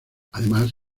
además